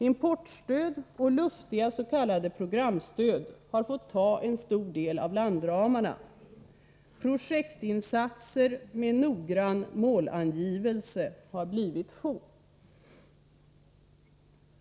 Importstöd och luftiga s.k. programstöd har fått ta en stor del av landramarna. Antalet projektinsatser med noggrann målangivelse har blivit få.